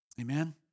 Amen